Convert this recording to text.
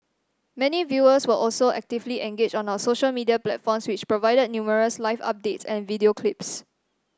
many viewers were also actively engaged on our social media platforms which provided numerous live updates and video clips